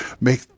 make